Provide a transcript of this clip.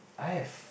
I have